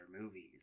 movies